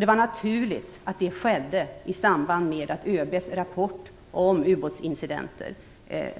Det var naturligt att det skedde i samband med att ÖB:s rapport om ubåtsincidenter